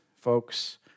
folks